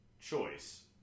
choice